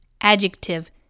adjective